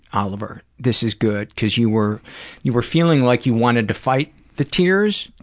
oliver. this is good. cause you were you were feeling like you wanted to fight the tears,